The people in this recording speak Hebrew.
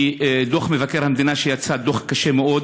כי דוח מבקר המדינה שיצא, דוח קשה מאוד: